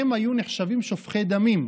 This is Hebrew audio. הם היו נחשבים שופכי דמים.